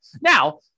Now